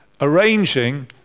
arranging